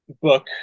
book